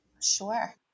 Sure